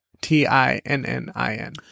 T-I-N-N-I-N